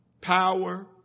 power